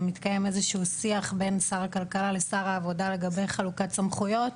מתקיים איזשהו שיח בין שר הכלכלה לשר העבודה לגבי חלוקת סמכויות.